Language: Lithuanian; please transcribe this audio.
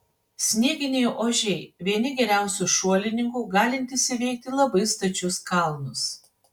snieginiai ožiai vieni geriausių šuolininkų galintys įveikti labai stačius kalnus